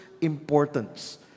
Importance